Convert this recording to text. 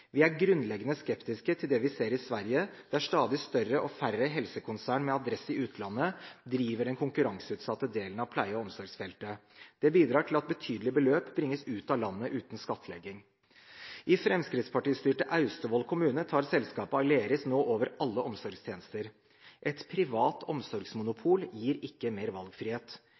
Vi er grunnleggende skeptiske til det vi ser i Sverige, der stadig større og færre helsekonsern med adresse i utlandet driver den konkurranseutsatte delen av pleie- og omsorgsfeltet. Det bidrar til at betydelige beløp bringes ut av landet uten skattlegging. I fremskrittspartistyrte Austevoll kommune tar selskapet Aleris nå over alle omsorgstjenester. Et privat omsorgsmonopol gir ikke mer valgfrihet.